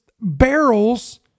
barrels